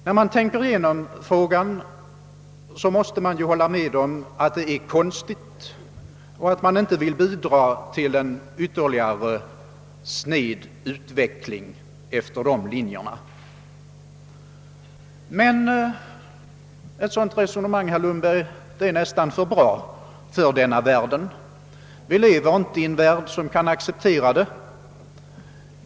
När man tänker igenom frågan måste man ju hålla med om att det är konstigt och att man inte vill bidra med en ytterligare snedutveckling efter dessa linjer. Men, herr Lundberg, ett sådant resonemang är nästan för bra för denna världen. Vi lever inte i en värld som kan acceptera det.